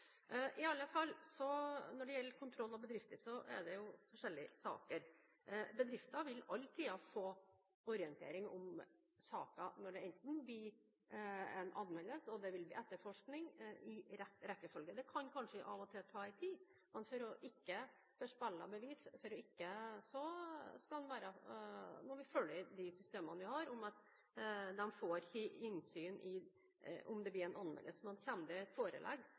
I alle fall når det gjelder kontroll av bedrifter, er det forskjellige saker. Bedrifter vil alltid få orientering om saker når det blir en anmeldelse, og det vil bli en etterforskning, i rett rekkefølge. Det kan kanskje av og til ta litt tid, men for ikke å forspille bevis må vi følge de systemene vi har, om at de ikke får innsyn om det blir en anmeldelse. Men kommer det et forelegg